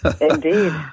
Indeed